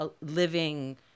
living